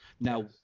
now